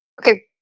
Okay